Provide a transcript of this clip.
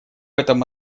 этом